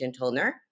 Tolner